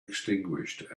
extinguished